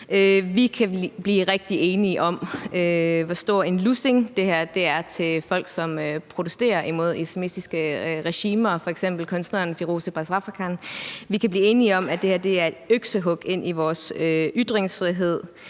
Vi kan blive rigtig enige om, hvor stor en lussing det her er til folk, som protesterer mod islamistiske regimer, f.eks. kunstneren Firoozeh Bazrafkan. Vi kan blive enige om, at det her er et øksehug ind i vores ytringsfrihed.